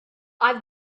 i’ve